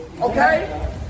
Okay